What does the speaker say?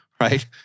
right